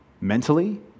mentally